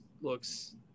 looks